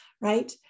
right